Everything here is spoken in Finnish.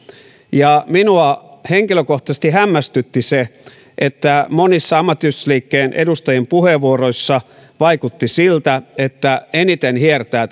minua henkilökohtaisesti hämmästytti se että monissa ammattiyhdistysliikkeen edustajien puheenvuoroissa vaikutti siltä että eniten hiertää